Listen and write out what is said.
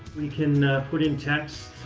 we can put in text.